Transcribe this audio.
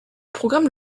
programme